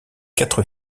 quatre